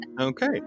Okay